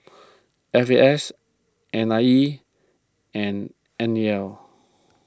F A S N I E and N E L